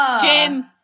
Jim